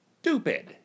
stupid